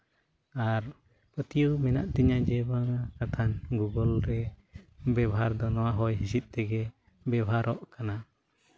ᱟᱨ ᱯᱟᱹᱛᱭᱟᱹᱣ ᱢᱮᱱᱟᱜ ᱛᱤᱧᱟ ᱡᱮ ᱵᱟᱝᱟ ᱠᱟᱛᱷᱟᱡ ᱜᱩᱜᱳᱞ ᱨᱮ ᱵᱮᱵᱷᱟᱨ ᱫᱚ ᱱᱚᱣᱟ ᱦᱚᱭ ᱦᱤᱸᱥᱤᱫ ᱛᱮᱜᱮ ᱵᱮᱵᱷᱟᱨᱚᱜ ᱠᱟᱱᱟ